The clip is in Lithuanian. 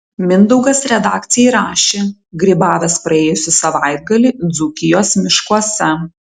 mindaugas redakcijai rašė grybavęs praėjusį savaitgalį dzūkijos miškuose